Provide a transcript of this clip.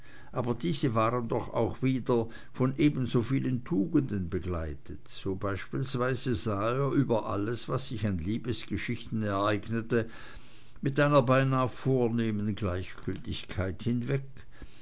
aber diese waren doch auch wieder von ebenso vielen tugenden begleitet so beispielsweise sah er über alles was sich an liebesgeschichten ereignete mit einer beinah vornehmen gleichgültigkeit hinweg